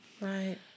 Right